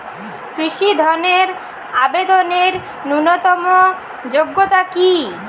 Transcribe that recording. কৃষি ধনের আবেদনের ন্যূনতম যোগ্যতা কী?